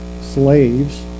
slaves